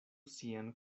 sian